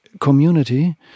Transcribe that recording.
community